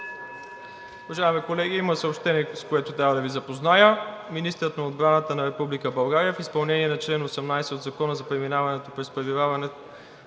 Уважаеми колеги, имам съобщение, с което трябва да Ви запозная. Министърът на отбраната на Република България в изпълнение на чл. 18 от Закона за преминаването през и пребиваването